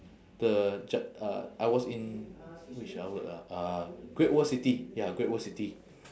the g~ uh I was in which outlet ah uh great world city ya great world city